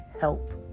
help